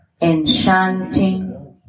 enchanting